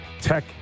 tech